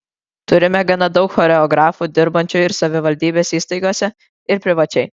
turime gana daug choreografų dirbančių ir savivaldybės įstaigose ir privačiai